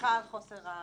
סליחה על חוסר ההתמצאות,